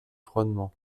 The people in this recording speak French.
froidement